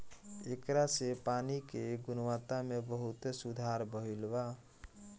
ऐकरा से पानी के गुणवत्ता में बहुते सुधार भईल बा